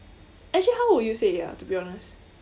actually how will you say it ah to be honest